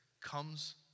comes